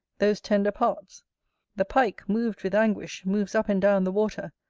those tender parts the pike, moved with anguish, moves up and down the water,